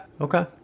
okay